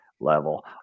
level